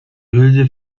hülse